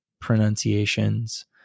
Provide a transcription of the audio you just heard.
pronunciations